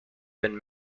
been